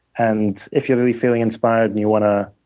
and if you're really feeling inspired and you want to